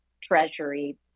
treasury